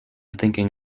thinking